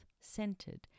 centered